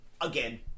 again